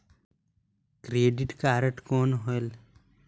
Credit card कौन होएल?